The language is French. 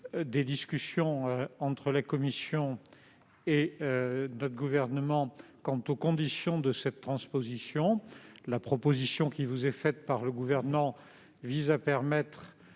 eu lieu entre la Commission européenne et d'autres gouvernements quant aux conditions de cette transposition. La proposition qui vous est faite par le Gouvernement vise à permettre